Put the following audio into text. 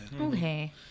Okay